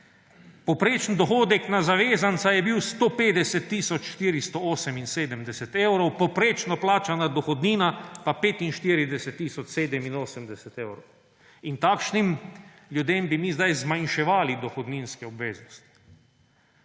Povprečen dohodek na zavezanca je bil 150 tisoč 478 evrov, povprečno plačana dohodnina pa 45 tisoč 78 evrov in takšnim ljudem bi mi zdaj zmanjševali dohodninske obveznosti.